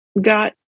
got